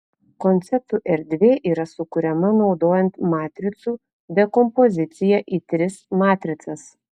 konceptų erdvė yra sukuriama naudojant matricų dekompoziciją į tris matricas